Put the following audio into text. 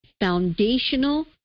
foundational